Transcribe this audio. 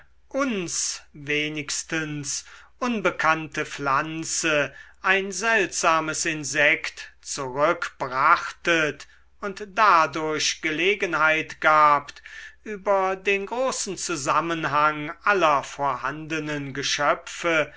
uns wenigstens unbekannte pflanze ein seltsames insekt zurückbrachtet und dadurch gelegenheit gabt über den großen zusammenhang aller vorhandenen geschöpfe